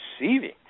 receiving